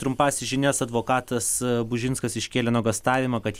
trumpąsias žinias advokatas a bužinskas iškėlė nuogąstavimą kad